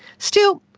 still,